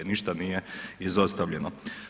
Ništa nije izostavljeno.